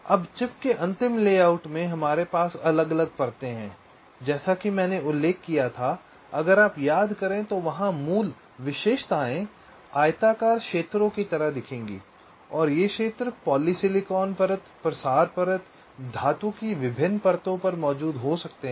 अब चिप के अंतिम लेआउट में हमारे पास अलग अलग परतें हैं जैसा कि मैंने उल्लेख किया था अगर आप याद करें तो वहां मूल विशेषताएं आयताकार क्षेत्रों की तरह दिखेंगी और ये क्षेत्र पॉलीसिलिकॉन परत प्रसार परत धातु की विभिन्न परतों पर मौजूद हो सकते हैं